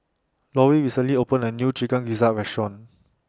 Laurie recently opened A New Chicken Gizzard Restaurant